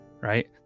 right